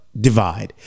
divide